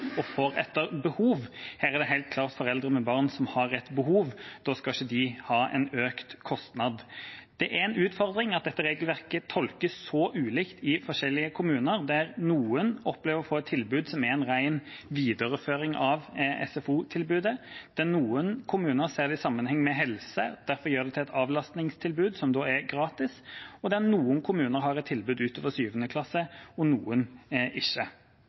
og får etter behov. Her er det helt klart foreldre med barn som har et behov. Da skal ikke de ha en økt kostnad. Det er en utfordring at dette regelverket tolkes så ulikt i forskjellige kommuner. Noen opplever å få et tilbud som er en ren videreføring av SFO-tilbudet. Noen kommuner ser det i sammenheng med helse og gjør det derfor til et avlastningstilbud, som da er gratis, og noen kommuner har et tilbud utover 7. klasse og noen ikke.